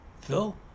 phil